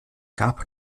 gab